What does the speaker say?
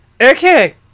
Okay